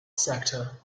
sector